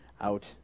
out